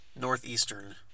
Northeastern